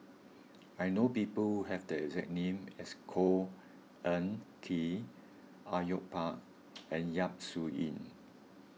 I know people who have the exact name as Khor Ean Ghee Au Yue Pak and Yap Su Yin